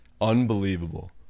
unbelievable